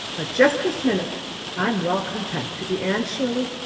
but just this minute i'm well content to be anne shirley,